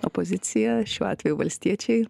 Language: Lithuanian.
opozicija šiuo atveju valstiečiai